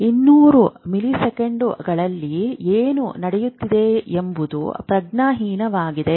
200 ಮಿಲಿಸೆಕೆಂಡುಗಳಲ್ಲಿ ಏನು ನಡೆಯುತ್ತಿದೆ ಎಂಬುದು ಪ್ರಜ್ಞಾಹೀನವಾಗಿದೆ